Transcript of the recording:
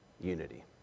unity